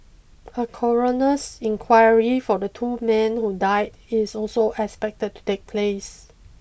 a coroner's inquiry for the two men who died is also expected to take place